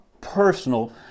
personal